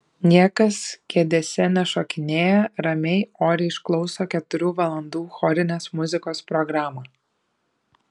niekas kėdėse nešokinėja ramiai oriai išklauso keturių valandų chorinės muzikos programą